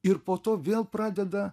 ir po to vėl pradeda